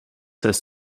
has